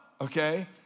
okay